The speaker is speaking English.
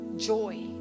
Joy